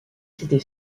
c’était